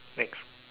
next